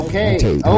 Okay